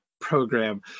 program